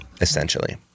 essentially